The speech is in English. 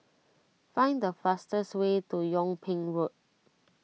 find the fastest way to Yung Ping Road